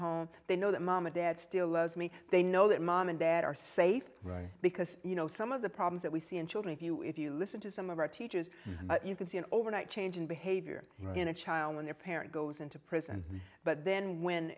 home they know that mom or dad still loves me they know that mom and dad are safe right because you know some of the problems that we see in children if you if you listen to some of our teachers you can see an overnight change in behavior in a child when their parent goes into prison but then when